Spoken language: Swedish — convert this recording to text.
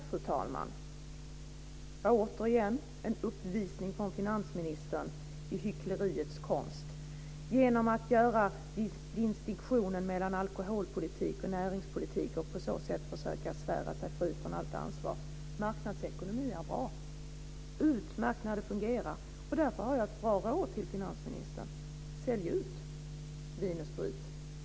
Fru talman! Återigen en uppvisning av finansministern i hyckleriets konst. Genom att göra distinktionen mellan alkoholpolitik och näringspolitik försöker han på så sätt att svära sig fri från allt ansvar. Marknadsekonomi är bra. Det är utmärkt när den fungerar. Därför har jag en gott råd till finansministern: Sälj ut Vin & Sprit!